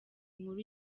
inkuru